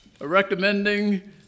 recommending